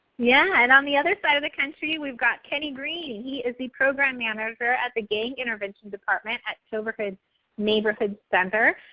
yeah, and on the other side of the country we've got kenny green. he is the program manager at the gang intervention department at toberman neighborhood center,